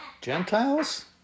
Gentiles